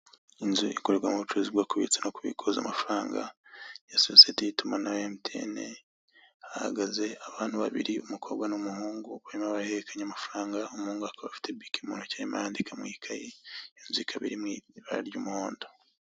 Inzu ikorerwamo ubucuruzi bwo kubitsa no kubikuza amafaranga, ya sosiyete y'itumanaho ya Emutiyene, hahagaze abantu babiri umukobwa n'umuhungu, barimo baraherekanya amafaranga, umuhungu akaba afite bike mu ntoki arimo arandika mu ikayi, iyo nzu ikaba iri mu ibara ry'umuhondo.